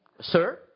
Sir